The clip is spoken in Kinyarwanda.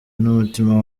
n’umutima